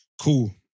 Cool